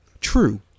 True